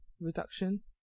Reduction